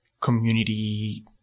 community